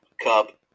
Cup